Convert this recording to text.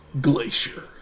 Glacier